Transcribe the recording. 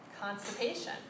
constipation